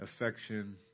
affection